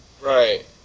Right